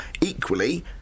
Equally